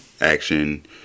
action